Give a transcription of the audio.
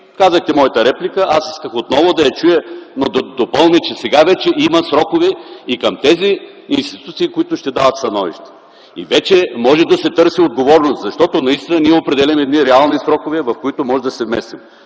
казахте моята реплика, аз исках отново да я чуя, но да допълня, че сега вече има срокове и към тези институции, които ще дават становища. Вече може да се търси отговорност, защото ние определяме реални срокове, в които можем да се вместим.